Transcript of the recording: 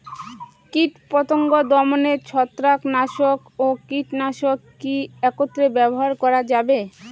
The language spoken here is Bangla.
কীটপতঙ্গ দমনে ছত্রাকনাশক ও কীটনাশক কী একত্রে ব্যবহার করা যাবে?